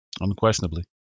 Unquestionably